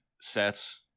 sets